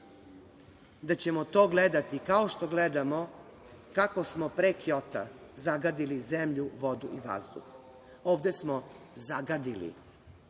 da ćemo to gledati kao što gledamo kako smo pre Kjota zagadili zemlju, vodu i vazduh. Ovde smo zagadili